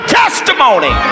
testimony